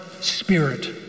spirit